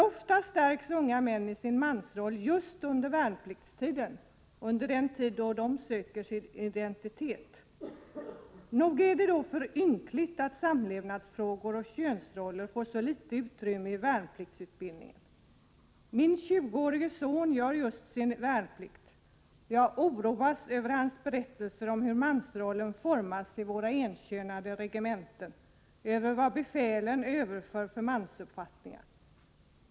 Ofta stärks unga män i sin mansroll just under värnpliktstiden, under den tid då de söker sin identitet. Nog är det då för ynkligt att samlevnadsfrågor och könsrollsfrågor får så litet utrymme i värnpliktsutbildningen. Min 20-årige son gör just sin värnplikt. Jag oroas över hans berättelser om hur mansrollen formas i våra enkönade regementen och över vad befälen överför för mansuppfattningar.